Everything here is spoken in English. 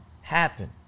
happen